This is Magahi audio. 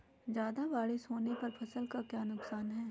ज्यादा बारिस होने पर फसल का क्या नुकसान है?